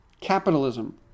Capitalism